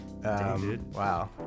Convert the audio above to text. Wow